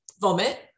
vomit